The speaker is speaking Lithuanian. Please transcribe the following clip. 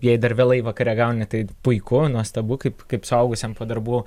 jei dar vėlai vakare gauni tai puiku nuostabu kaip kaip suaugusiam po darbų